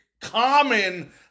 common